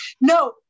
No